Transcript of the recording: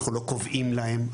אנחנו לא קובעים להם,